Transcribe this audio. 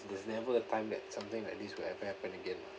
there's never a time that something like this would have happened again ah